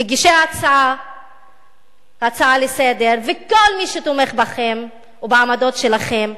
מגישי ההצעה לסדר-היום וכל מי שתומך בכם ובעמדות שלכם,